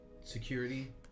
security